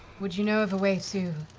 would you know of a way to